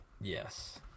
Yes